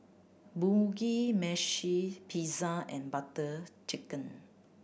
Mugi Meshi Pizza and Butter Chicken